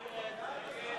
נמנע?